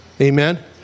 Amen